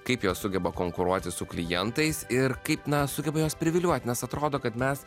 kaip jos sugeba konkuruoti su klientais ir kaip na sugeba juos privilioti nes atrodo kad mes